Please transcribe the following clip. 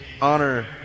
honor